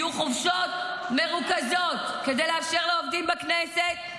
יהיו חופשות מרוכזות כדי לאפשר לעובדים בכנסת.